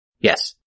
Yes